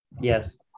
Yes